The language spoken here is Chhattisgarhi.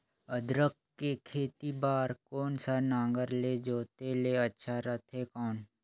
अदरक के खेती बार कोन सा नागर ले जोते ले अच्छा रथे कौन?